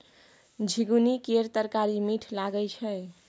झिगुनी केर तरकारी मीठ लगई छै